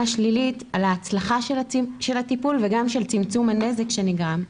שלילית על ההצלחה של הטיפול וגם של צמצום הנזק שנגרם.